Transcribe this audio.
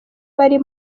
bari